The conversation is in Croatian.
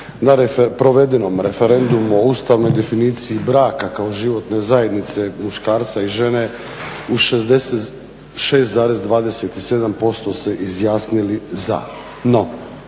na provedenom referendumu o ustavnoj definiciji braka kao životne zajednice muškarca i žene u 66,27% se izjasnili za.